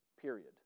period